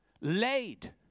Laid